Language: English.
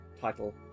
title